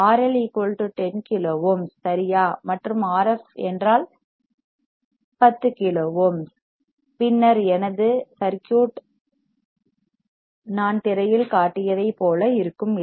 RI 10 kilo ohms சரியா மற்றும் Rf என்றால் 10 கிலோ ஓம்ஸ் பின்னர் எனது சர்க்யூட் நான் திரையில் காட்டியதைப் போல இருக்கும் இல்லையா